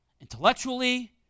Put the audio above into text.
intellectually